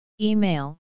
Email